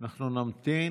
אנחנו נמתין.